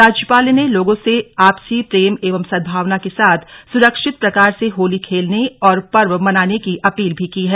राज्यपाल ने लोगों से आपसी प्रेम एवं सद्भावना के साथ सुरक्षित प्रकार से होली खेलने और पर्व मनाने की अपील भी की है